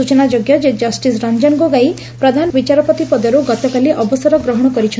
ସୂଚନାଯୋଗ୍ୟ ଯେ କଷିସ ରଞ୍ଞନ ଗୋଗୋଇ ପ୍ରଧାନ ବିଚାରପତି ପଦରୁ ଗତକାଲି ଅବସର ଗ୍ରହଶ କରିଛନ୍ତି